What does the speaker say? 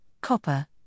copper